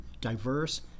diverse